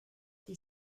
die